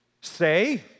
say